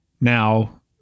Now